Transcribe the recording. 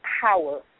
power